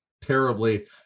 terribly